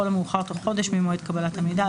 המאוחר תוך חודש ממועד קבלת המידע,